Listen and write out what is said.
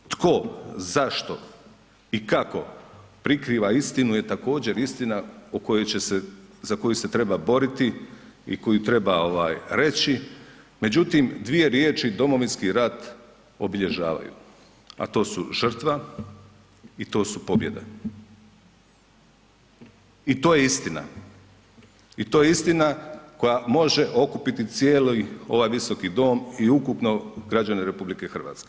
Tko, zašto i kako prikriva istinu je također istina o kojoj će se, za koju se treba boriti i koju treba ovaj reći, međutim dvije riječi domovinski rat obilježavaju, a to su žrtva i to su pobjeda i to je istina, i to je istina koja može okupiti cijeli ovaj visoki dom i ukupno građane RH.